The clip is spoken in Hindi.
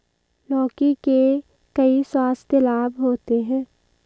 लौकी के कई स्वास्थ्य लाभ होते हैं